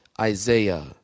Isaiah